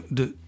de